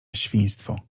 świństwo